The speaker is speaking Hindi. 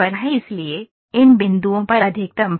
इसलिए इन बिंदुओं पर अधिकतम भार है